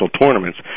tournaments